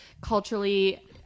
culturally